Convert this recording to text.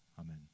Amen